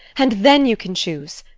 and then you can choose.